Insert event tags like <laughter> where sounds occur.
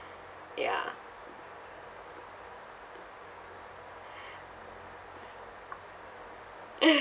ya <laughs>